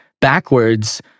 backwards